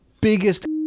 biggest